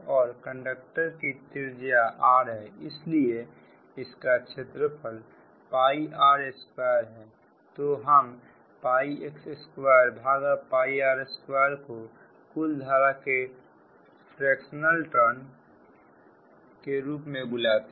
और कंडक्टर की त्रिज्या r है इसलिए इसका क्षेत्रफलr2है तो हम x2r2 को कुलधारा के फ्रेक्शनल टर्न के रूप में बुलाते हैं